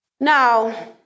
Now